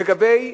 לגבי